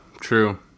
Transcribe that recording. true